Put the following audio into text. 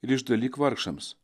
ir išdalyk vargšams